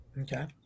Okay